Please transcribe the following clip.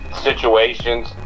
situations